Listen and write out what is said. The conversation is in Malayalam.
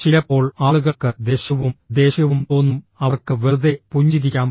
ചിലപ്പോൾ ആളുകൾക്ക് ദേഷ്യവും ദേഷ്യവും തോന്നും അവർക്ക് വെറുതെ പുഞ്ചിരിക്കാം